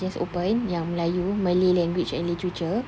okay you just open yang melayu malay language and literature